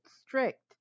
strict